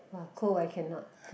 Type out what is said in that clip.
!wah! cold I cannot